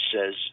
says